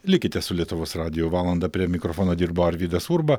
likite su lietuvos radiju valandą prie mikrofono dirbo arvydas urba